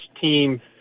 team